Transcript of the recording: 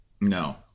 No